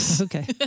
Okay